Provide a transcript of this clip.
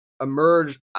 emerged